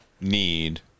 need